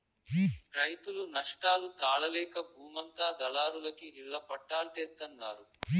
రైతులు నష్టాలు తాళలేక బూమంతా దళారులకి ఇళ్ళ పట్టాల్జేత్తన్నారు